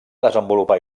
desenvolupar